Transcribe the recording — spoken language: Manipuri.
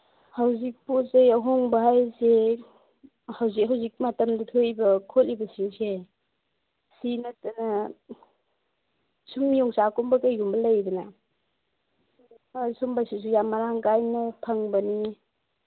ꯍꯧꯖꯤꯛ ꯄꯣꯠ ꯆꯩ ꯑꯍꯣꯡꯕ ꯍꯥꯏꯁꯤ ꯍꯧꯖꯤꯛ ꯍꯧꯖꯤꯛ ꯃꯇꯝꯗ ꯊꯣꯛꯏꯕ ꯈꯣꯠꯂꯤꯕꯁꯤꯡꯁꯦ ꯁꯤ ꯅꯠꯇꯅ ꯁꯨꯝ ꯌꯣꯡꯆꯥꯛꯀꯨꯝꯕ ꯀꯩꯒꯨꯝꯕ ꯂꯩꯗꯅ ꯑꯥ ꯁꯨꯝꯕꯁꯤꯁꯨ ꯌꯥꯝ ꯃꯔꯥꯡ ꯀꯥꯏꯅ ꯐꯪꯕꯅꯤ